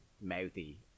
mouthy